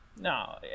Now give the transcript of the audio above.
No